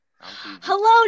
Hello